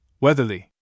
Weatherly